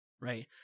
right